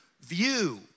view